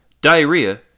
Diarrhea